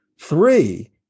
Three